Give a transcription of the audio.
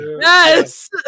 yes